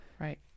Right